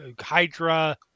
Hydra